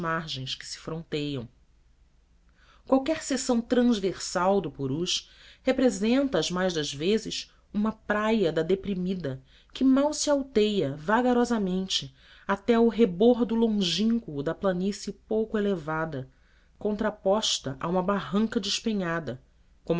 que se fronteiam qualquer seção transversal do purus representa as mais das vezes uma praia deprimida que mal se alteia vagarosamente até ao rebordo longínquo da planície pouco elevada contraposta a uma barranca despenhada